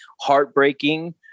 heartbreaking